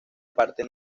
parte